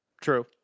True